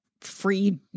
free